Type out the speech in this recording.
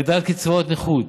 הגדלת קצבאות הנכות,